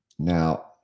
now